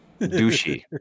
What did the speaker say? Douchey